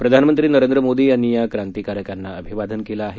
प्रधानमंत्री नरेंद्र मोदी यांनी या क्रांतिकारकांना अभिवादन केलं आहे